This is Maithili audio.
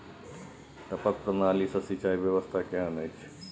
टपक प्रणाली से सिंचाई व्यवस्था केहन अछि?